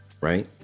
right